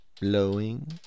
blowing